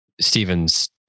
Stephen's